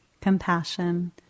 compassion